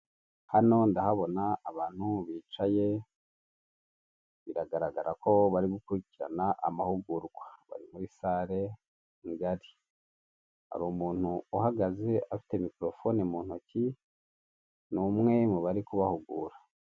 Hano ndahabona abantu bicaye biragaragara ko bari gukurikirana amahugurwa, bari muri sare ngari. Hari umuntu uhagaze afite mikorofone mu ntoki ni umwe mu bari kabahugura.